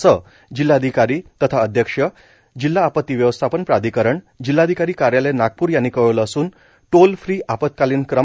असं जिल्हाधिकारी तथा अध्यक्ष जिल्हा आपत्ती व्यवस्थापन प्राधिकरण जिल्हाधिकारी कार्यालय नागपूर यांनी कळवलं असूनटोल फ्री आपत्कालीन क्र